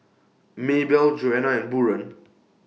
Maybelle Joanna and Buren